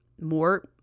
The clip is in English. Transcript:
more